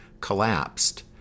collapsed